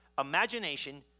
Imagination